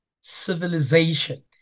civilization